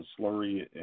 slurry